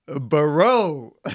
bro